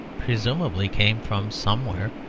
presumably, came from somewhere.